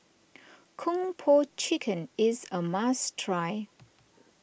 Kung Po Chicken is a must try